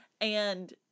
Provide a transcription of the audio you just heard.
and-